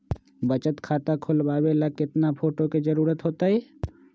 बचत खाता खोलबाबे ला केतना फोटो के जरूरत होतई?